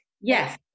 yes